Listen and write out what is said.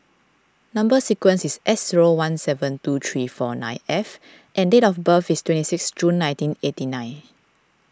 Number Sequence is S zero one seven two three four nine F and date of birth is twenty six June nineteen eighty nine